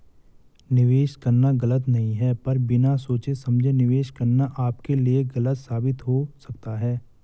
निवेश करना गलत नहीं है पर बिना सोचे समझे निवेश करना आपके लिए गलत साबित हो सकता है